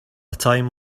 time